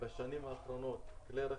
בשנים האחרונות חייבנו כלי רכב,